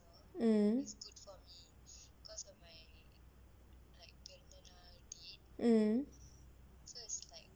mm mm